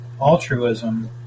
altruism